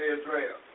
Israel